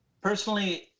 personally